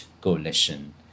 coalition